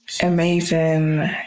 Amazing